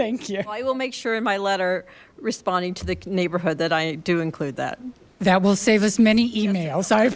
thank you we'll make sure my letter responding to the neighborhood that i do include that that will save as many emails